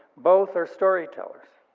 both are storytellers,